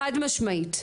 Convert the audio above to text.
חד-משמעית,